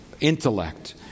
intellect